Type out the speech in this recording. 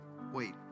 wait